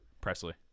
Presley